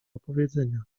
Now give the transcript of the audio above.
opowiedzenia